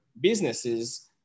businesses